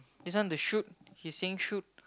this one the shoot he's seeing shoot